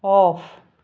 off